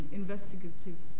investigative